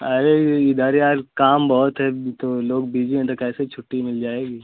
अरे इधर यार काम बहुत है तो लोग बिजी हैं तो कैसे छुट्टी मिल जाएगी